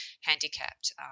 handicapped